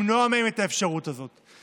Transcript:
למנוע מהם את האפשרות הזאת.